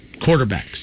quarterbacks